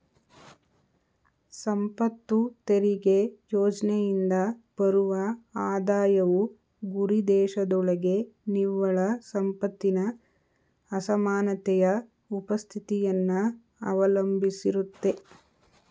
ಸಂಪತ್ತು ತೆರಿಗೆ ಯೋಜ್ನೆಯಿಂದ ಬರುವ ಆದಾಯವು ಗುರಿದೇಶದೊಳಗೆ ನಿವ್ವಳ ಸಂಪತ್ತಿನ ಅಸಮಾನತೆಯ ಉಪಸ್ಥಿತಿಯನ್ನ ಅವಲಂಬಿಸಿರುತ್ತೆ